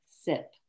sip